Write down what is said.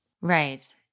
Right